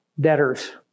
debtors